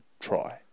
try